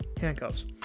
handcuffs